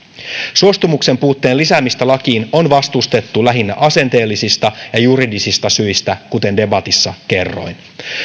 suostumuksen puutteen lisäämistä lakiin on vastustettu lähinnä asenteellisista ja juridisista syistä kuten debatissa kerroin